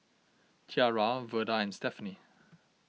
Tiarra Verda and Stephenie